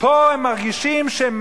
פה הם מרגישים שהם